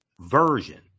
version